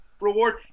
reward